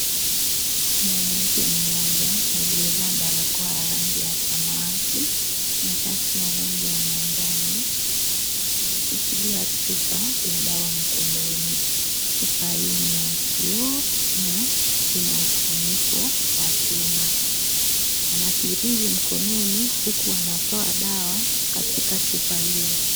Mwanamke mmoja aliyevaa barakoa ya rangi ya samawati na shati ya rangi ya manjano ameshikilia chupa ya dawa mkononi, chupa hii ni ya kioo na ina ufuniko wa chuma ana syringe mkononi huku anatoa dawa katika chupa hiyo.